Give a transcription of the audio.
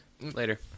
Later